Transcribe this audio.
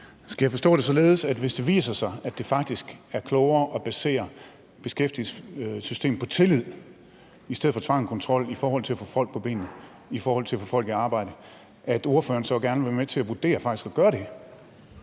Skal jeg forstå det således, at hvis det viser sig, at det faktisk er klogere at basere beskæftigelsessystemet på tillid i stedet for på tvang og kontrol i forhold til at få folk på benene og i forhold til at få folk i arbejde, så vil ordføreren vurdere, at han gerne vil være med til at gøre det